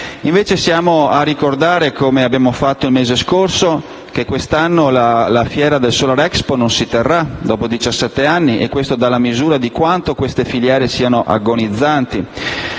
invece siamo a ricordare, come abbiamo fatto il mese scorso, che quest'anno la fiera del Solarexpo non si terrà, dopo diciassette anni, e questo dà la misura di quanto queste filiere siano agonizzanti.